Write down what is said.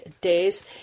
days